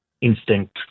instinct